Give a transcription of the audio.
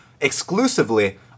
exclusively